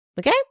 Okay